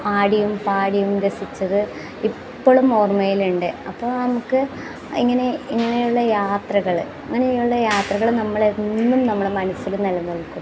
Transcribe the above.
ആടിയും പാടിയും രസിച്ചത് ഇപ്പോഴും ഓർമ്മയിലുണ്ട് അപ്പോൾ നമുക്ക് ഇങ്ങനെ ഇങ്ങനെ ഉള്ള യാത്രകൾ ഇങ്ങനെയുളള യാത്രകൾ നമ്മളെന്നും നമ്മുടെ മനസ്സിൽ നിലനിൽക്കും